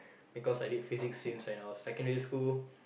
because I did physics since when I was secondary school